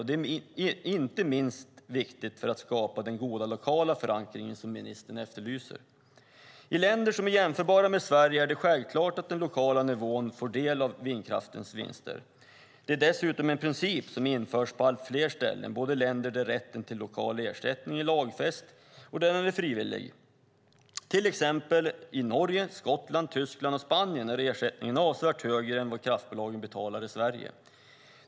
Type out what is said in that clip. Det är inte minst viktigt för att skapa den goda lokala förankring som ministern efterlyser. I länder som är jämförbara med Sverige är det självklart att den lokala nivån får del av vindkraftens vinster. Det är dessutom en princip som införs på allt fler ställen, både i länder där rätten till lokal ersättning är lagfäst och i länder där den är frivillig. I till exempel Norge, Skottland, Tyskland och Spanien är ersättningen avsevärt högre än vad kraftbolagen betalar i Sverige.